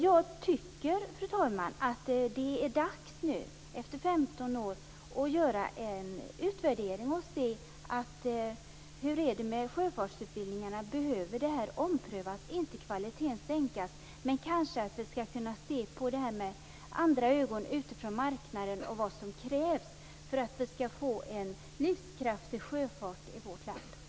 Jag tycker, fru talman, att det nu efter 15 år är dags att göra en utvärdering och se hur det är med sjöfartsutbildningen, om den behöver omprövas. Kvaliteten skall inte sänkas, men vi skall se på det här med andra ögon, utifrån marknaden, och se vad som krävs för att vi skall få en livskraftig sjöfart i vårt land.